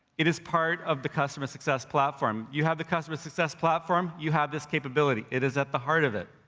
it is part of the customer success platform. you have the customer success platform, you have this capability. it is at the heart of it.